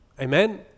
amen